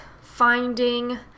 finding